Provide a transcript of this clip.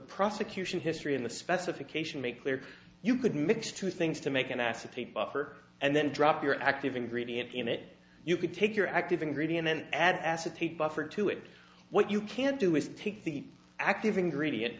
prosecution history and the specification make clear you could mix two things to make an acetate buffer and then drop your active ingredient in it you could take your active ingredient and add acetate buffer to it what you can't do is take the active ingredient